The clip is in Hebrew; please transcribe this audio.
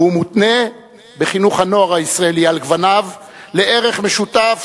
והוא מותנה בחינוך הנוער הישראלי על גווניו לערך משותף